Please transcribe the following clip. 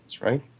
right